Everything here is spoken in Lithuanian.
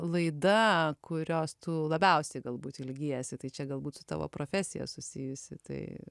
laida kurios tu labiausiai galbūt ilgiesi tai čia galbūt su tavo profesija susijusi tai